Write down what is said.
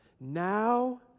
Now